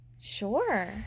Sure